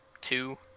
two